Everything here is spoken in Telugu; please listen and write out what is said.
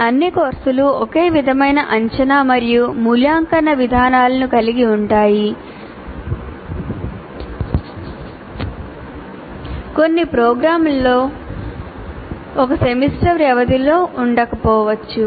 అన్ని కోర్సులు ఒకే విధమైన అంచనా మరియు మూల్యాంకన విధానాలను కలిగి ఉంటాయి కోర్సు ఒక సెమిస్టర్ వ్యవధిలో ఉండకపోవచ్చు